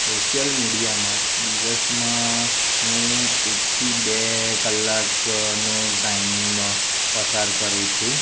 social મીડિયામાં દિવસમાં હું એકથી બે કલાકનો ટાઈમ પસાર કરું છું